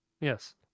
Yes